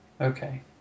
Okay